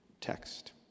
text